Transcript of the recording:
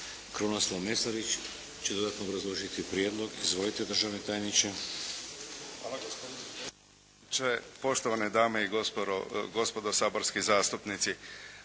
Krunoslav Mesarić će dodatno obrazložiti prijedlog. Izvolite državni tajniče. **Mesarić,